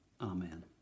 Amen